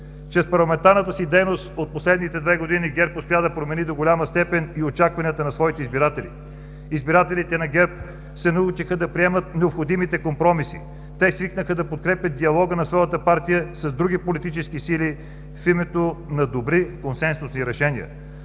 Чрез парламентарната си дейност от последните две години ГЕРБ успя да промени до голяма степен и очакванията на своите избиратели. Избирателите на ГЕРБ се научиха да приемат необходимите компромиси. Те свикнаха да подкрепят диалога на своята партия с други политически сили в името на добри консенсусни решения.